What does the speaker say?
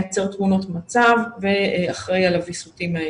מייצר תמונות מצב ואחראי על הוויסותים האלה.